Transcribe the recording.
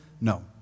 No